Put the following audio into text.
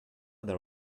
there